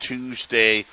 Tuesday